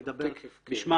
אני אדבר בשמם,